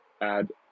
add